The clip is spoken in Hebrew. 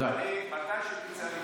בבקשה.